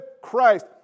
Christ